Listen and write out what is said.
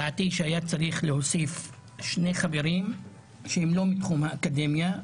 דעתי היא שהיה צריך להוסיף שני חברים שאינם מתחום האקדמיה,